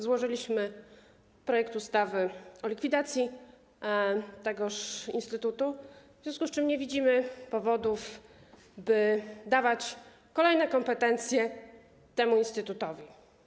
Złożyliśmy projekt ustawy o likwidacji tegoż instytutu, w związku z czym nie widzimy powodów, by dawać kolejne kompetencje temu instytutowi.